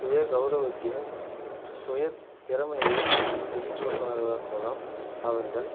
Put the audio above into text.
சுய கௌரவத்தையும் சுய திறமையையும் வெளிக்கொண்டு வருவதன் மூலம் அவர்கள்